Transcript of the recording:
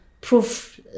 proof